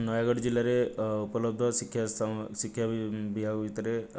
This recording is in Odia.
ନୟାଗଡ଼ ଜିଲ୍ଲାରେ ଉପଲବ୍ଧ ଶିକ୍ଷା ଶିକ୍ଷା ବିଭାଗ ଭିତରେ